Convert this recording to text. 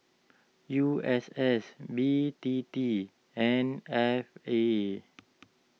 U S S B T T and F A